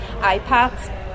iPads